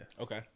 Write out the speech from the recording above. Okay